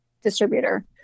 distributor